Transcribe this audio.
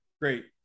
great